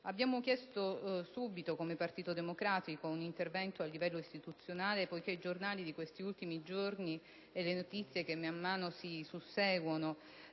Abbiamo chiesto subito, come Partito Democratico, un intervento a livello istituzionale, poiché i giornali degli ultimi giorni e le notizie che man mano si susseguono